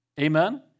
Amen